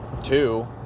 Two